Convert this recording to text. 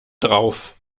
drauf